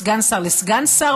מסגן שר לסגן שר,